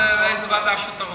לאיזו ועדה שאתה רוצה.